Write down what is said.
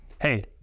hey